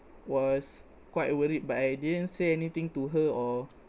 was quite worried but I didn't say anything to her or